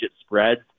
spreads